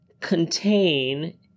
contain